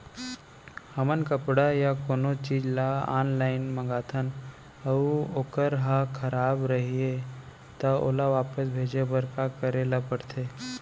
हमन कपड़ा या कोनो चीज ल ऑनलाइन मँगाथन अऊ वोकर ह खराब रहिये ता ओला वापस भेजे बर का करे ल पढ़थे?